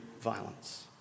violence